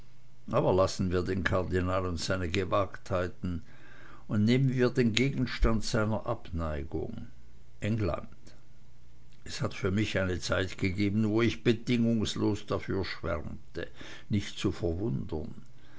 aber lassen wir den kardinal und seine gewagtheiten und nehmen wir den gegenstand seiner abneigung england es hat für mich eine zeit gegeben wo ich bedingungslos dafür schwärmte nicht zu verwundern